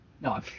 No